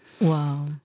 Wow